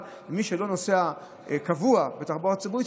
שמי שלא נוסע קבוע בתחבורה ציבורית,